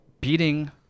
beating